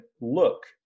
look